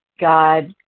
God